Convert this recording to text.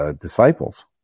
disciples